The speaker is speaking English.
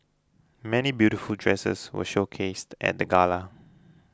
many beautiful dresses were showcased at the gala